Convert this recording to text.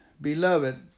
Beloved